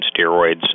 steroids